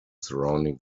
surrounding